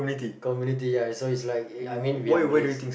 community ya so it's like ya I mean we are Malays